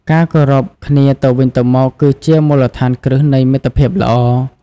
ការគោរពគ្នាទៅវិញទៅមកគឺជាមូលដ្ឋានគ្រឹះនៃមិត្តភាពល្អ។